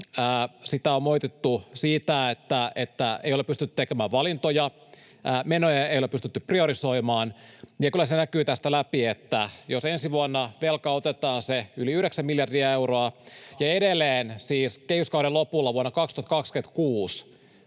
Sitä on moitittu siitä, että ei ole pystytty tekemään valintoja, menoja ei ole pystytty priorisoimaan. Ja kyllä se näkyy tästä läpi: jos ensi vuonna velkaa otetaan se yli yhdeksän miljardia euroa ja edelleen siis kehyskauden lopulla vuonna 2026